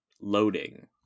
Loading